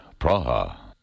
Praha